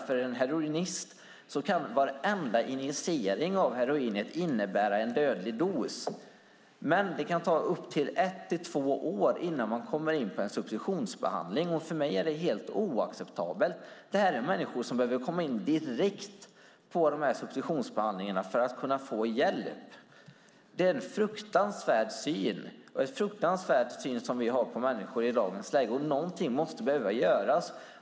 För en heroinist kan varenda injicering av heroinet innebära en dödlig dos, men det kan ta ett till två år innan man får en substitutionsbehandling. För mig är det helt oacceptabelt. Det här är människor som behöver få de här substitutionsbehandlingarna direkt för att kunna få hjälp. Det är en fruktansvärd syn som vi har på människor i dagens läge. Någonting måste göras.